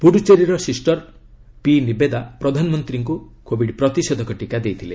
ପୁଡ଼ୁଚେରୀର sister P Niveda ପ୍ରଧାନମନ୍ତ୍ରୀଙ୍କୁ covid ପ୍ରତିଷେଧକ ଟିକା ଦେଇଥିଲେ